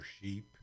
sheep